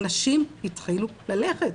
אנשים התחילו ללכת,